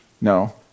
No